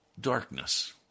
darkness